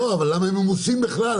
למה הם ממוסים בכלל?